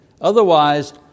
Otherwise